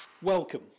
Welcome